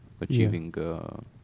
achieving